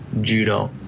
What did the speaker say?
judo